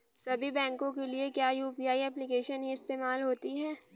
सभी बैंकों के लिए क्या यू.पी.आई एप्लिकेशन ही इस्तेमाल होती है?